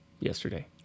yesterday